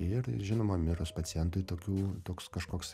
ir žinoma mirus pacientui tokių toks kažkoks